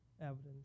evidence